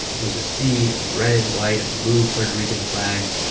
it was a sea of red, white and blue puerto rican flags,